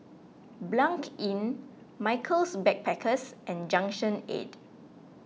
Blanc Inn Michaels Backpackers and Junction eight